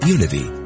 Unity